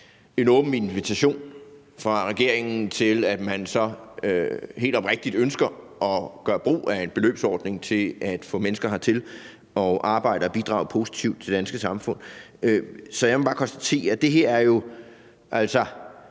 en åben invitation fra regeringen, i forhold til at man så helt oprigtigt ønsker at gøre brug af en beløbsordning til at få mennesker hertil for at arbejde og bidrage positivt til det danske samfund. Så jeg må bare konstatere, at det her jo er